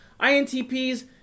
INTPs